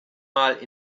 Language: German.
mal